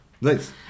nice